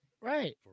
Right